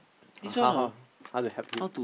uh how how how to help you